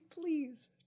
please